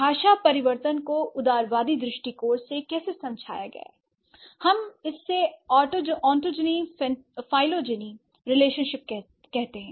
भाषा परिवर्तन को उदारतावादी दृष्टिकोण से कैसे समझाया गया है l हम इस ओटोजनी फेलोजेनी रिलेशनशिप किसे कहते हैं